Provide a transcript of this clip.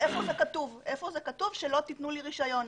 איפה זה כתוב שלא תתנו לי רישיון,